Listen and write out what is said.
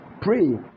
Pray